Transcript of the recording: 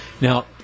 Now